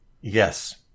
yes